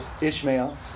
Ishmael